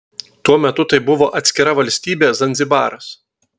tuo metu tai buvo atskira valstybė zanzibaras